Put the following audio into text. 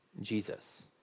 Jesus